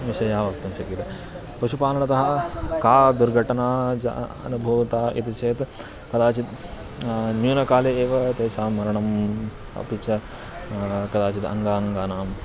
विषयाः वक्तुं शक्यते पशुपालनतः का दुर्घटना च अनुभूता इति चेत् कदाचित् न्यूनकाले एव तेषां मरणम् अपि च कदाचित् अङ्गाङ्गानाम्